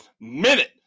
minute